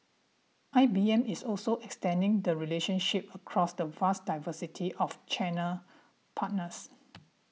I B M is also extending the relationship across the vast diversity of channel partners